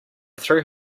threw